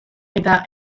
eta